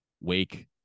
Wake